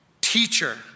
Teacher